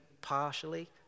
partially